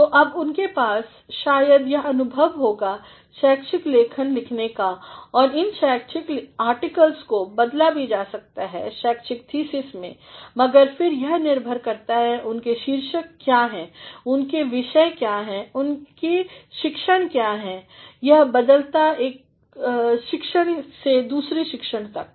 तो अब उनके पास शायद यह अनुभव होगा शैक्षिक लेखन लिखने का और इन शैक्षिक आर्टिकल्स को बदला भी जा सकता है शैक्षिक थीसिस में मगर फिर यह निर्भर करता है उनके शीर्षक क्या हैं उनके विषय क्या हैं उनकेशिक्षणक्या हैं यह बदलता है एक शिक्षण से दुसरेशिक्षण तक